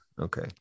okay